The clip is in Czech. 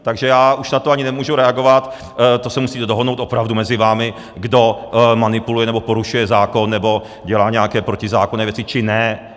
Takže já už na to ani nemůžu reagovat, to se musíte dohodnout opravdu mezi vámi, kdo manipuluje nebo porušuje zákon nebo dělá nějaké protizákonné věci, či ne.